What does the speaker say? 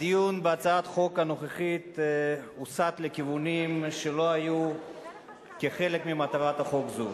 הדיון בהצעת חוק הנוכחית הוסט לכיוונים שלא היו חלק ממטרת חוק זה.